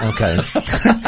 Okay